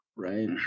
right